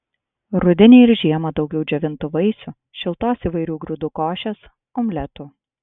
rudenį ir žiemą daugiau džiovintų vaisių šiltos įvairių grūdų košės omletų